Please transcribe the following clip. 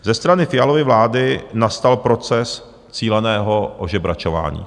Ze strany Fialovy vlády nastal proces cíleného ožebračování.